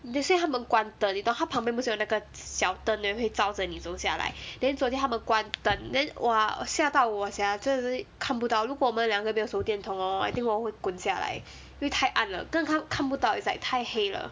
yesterday 他们关灯你懂他旁边不是有那个小灯 then 会照着你走下来 then 昨天他们关灯 then !wah! 我吓到我 sia 真的真的看不到如果我们两个没有手电筒 hor I think 我会滚下来因为太暗了刚刚看不到 is like 太黑了